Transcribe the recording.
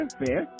fair